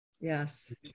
yes